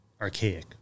archaic